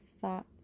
thoughts